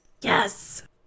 Yes